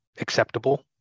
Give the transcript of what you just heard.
acceptable